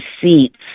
seats